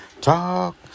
Talk